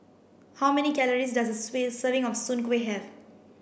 how many calories does a serving of soon Kway have